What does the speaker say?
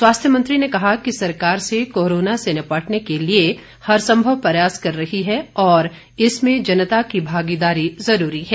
स्वास्थ्य मंत्री ने कहा कि सरकार से कोरोना से निपटने के लिए हरसंभव प्रयास कर रही है और इसमें जनता की भागीदारी ज़रूरी है